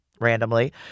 randomly